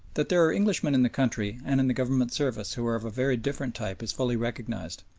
that there are englishmen in the country and in the government service who are of a very different type is fully recognised,